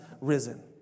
risen